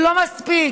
לא מספיק